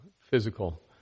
physical